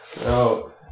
No